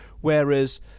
whereas